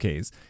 Ks